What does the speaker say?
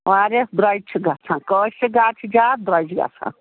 واریاہ درٛۅجہِ چھِ گژھان کٲشرِ گاڈِ چھِ زیادٕ درٛۅجہِ گژھان